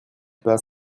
place